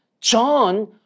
John